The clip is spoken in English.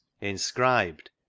inscribed